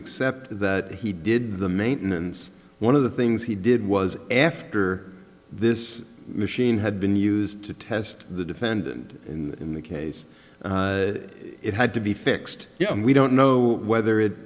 accept that he did the maintenance one of the things he did was after this machine had been used to test the defendant in the case it had to be fixed we don't know whether it